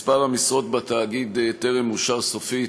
מספר המשרות בתאגיד טרם אושר סופית,